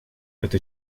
это